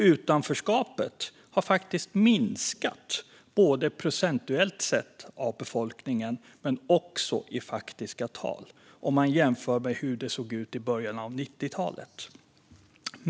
Utanförskapet har faktiskt minskat både procentuellt sett av befolkningen och i faktiska tal, om man jämför med hur det såg ut i början av 90-talet.